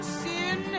sin